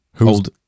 Old